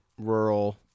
rural